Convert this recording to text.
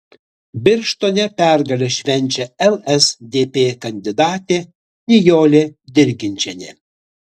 birštone pergalę švenčia lsdp kandidatė nijolė dirginčienė